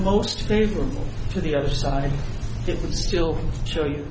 most favorable to the other side if you still show you